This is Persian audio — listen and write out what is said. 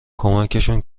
کمکشون